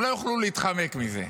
הם לא יוכלו להתחמק מזה.